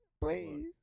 Please